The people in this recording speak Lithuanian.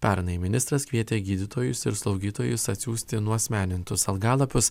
pernai ministras kvietė gydytojus ir slaugytojus atsiųsti nuasmenintus algalapius